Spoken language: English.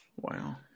wow